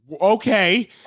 okay